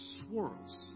swirls